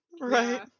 Right